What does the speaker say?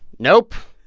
nope.